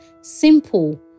Simple